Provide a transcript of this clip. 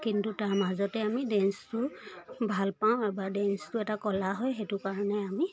কিন্তু তাৰ মাজতে আমি ডেঞ্চটো ভাল পাওঁ বা ডেঞ্চটো এটা কলা হয় সেইটো কাৰণে আমি